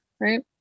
right